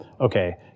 okay